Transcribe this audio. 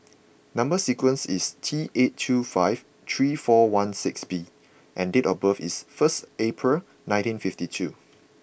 number sequence is T eight two five three four one six B and date of birth is first April nineteen fifty two